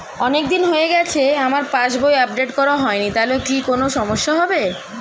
অনেকদিন হয়ে গেছে আমার পাস বই আপডেট করা হয়নি তাহলে কি কোন সমস্যা হবে?